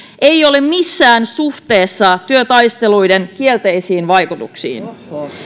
ei ole missään suhteessa työtaisteluiden kielteisiin vaikutuksiin